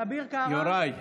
אביר קארה,